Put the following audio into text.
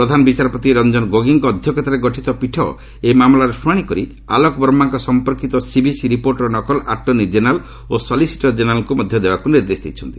ପ୍ରଧାନ ବିଚାରପତି ରଞ୍ଜନ ଗୋଗୋଇଙ୍କ ଅଧ୍ୟକ୍ଷତାରେ ଗଠିତ ପୀଠ ଏହି ମାମଲାର ଶୁଣାଣି କରି ଆଲୋକ ବର୍ମାଙ୍କ ସମ୍ପର୍କିତ ସିଭିସି ରିପୋର୍ଟର ନକଲ ଆଟର୍ଷ୍ଣି ଜେନେରାଲ ଓ ସଲିସିଟର କେନେରାଲଙ୍କୁ ମଧ୍ୟ ଦେବାକୁ ନିର୍ଦ୍ଦେଶ ଦେଇଛନ୍ତି